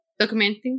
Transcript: documenting